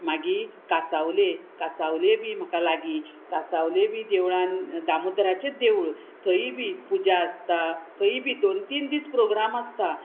मागीर कासावले कासावले बी म्हाका लागी कासावले बी देवळान दामोदराचे देवूळ थंय बी पुजा आसता थंय बी दोन तीन दीस प्रोग्राम आसता